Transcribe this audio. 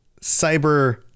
cyber